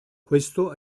questo